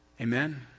Amen